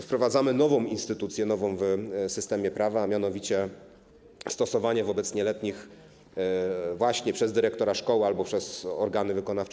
Wprowadzamy nową instytucję, nową w systemie prawa, a mianowicie stosowanie wobec nieletnich przez dyrektora szkoły albo przez organy wykonawcze,